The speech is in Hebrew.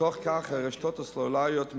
בתוך כך הרשתות הסלולריות,